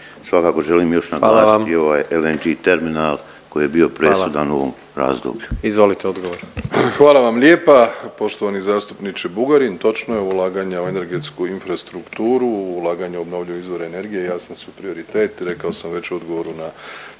Gordan (HDZ)** Izvolite odgovor. **Plenković, Andrej (HDZ)** Hvala vam lijepa poštovani zastupniče Bugarin. Točno je, ulaganja u energetsku infrastrukturu, ulaganja u obnovljive izvore energije jasan su prioritet. Rekao sam već u odgovoru na